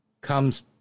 comes